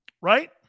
Right